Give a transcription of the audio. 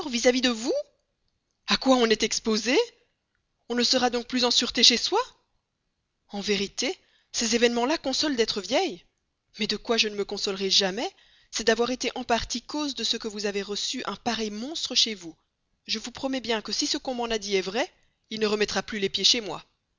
vis-à-vis de vous a quoi on est exposé on ne sera donc plus en sûreté chez soi en vérité ces événements là consolent d'être vieille mais de quoi je ne me consolerai jamais c'est d'avoir été en partie cause de ce que vous avez reçu chez vous un pareil monstre je vous promets bien que si ce qu'on m'en a dit est vrai il ne remettra plus les pieds chez moi